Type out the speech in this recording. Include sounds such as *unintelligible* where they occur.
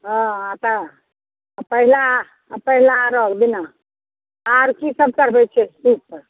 तऽ अऽ पहिला पहिला अरघ दिना आर की सभ करबै से *unintelligible*